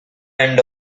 end